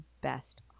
best